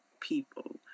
people